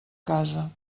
casa